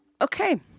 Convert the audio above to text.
Okay